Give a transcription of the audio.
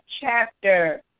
chapter